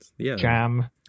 Jam